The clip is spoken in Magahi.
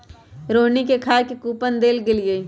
रोहिणी के खाए के कूपन देल गेलई